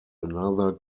another